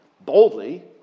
boldly